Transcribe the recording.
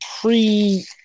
pre